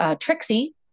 Trixie